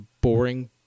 boring